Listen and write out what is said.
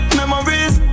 memories